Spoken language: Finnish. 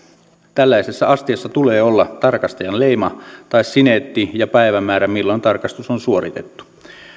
tällaisessa astiassa tulee olla tarkastajan leima tai sinetti ja päivämäärä milloin tarkastus on suoritettu